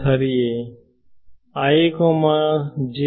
ಸರಿಯೇ